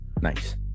Nice